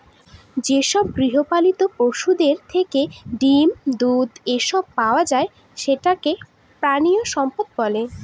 যেসব গৃহপালিত পশুদের থেকে ডিম, দুধ, এসব পাওয়া যায় সেটাকে প্রানীসম্পদ বলে